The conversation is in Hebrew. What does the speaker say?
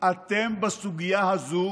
בסוגיה הזו